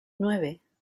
nueve